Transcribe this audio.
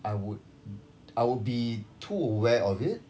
I would I will be too aware of it